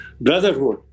brotherhood